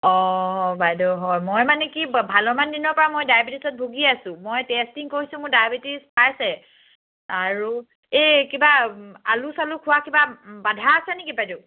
অঁ বাইদেউ হয় মই মানে কি ভালেমান দিনৰ পৰা মই ডায়েবেটিছত ভুগি আছোঁ মই টেষ্টিং কৰিছোঁ মোৰ ডায়েবেটিছ পাইছে আৰু এই কিবা আলু চালু খোৱা কিবা বাধা আছে নেকি বাইদেউ